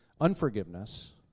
unforgiveness